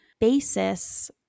basis